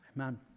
Amen